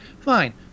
Fine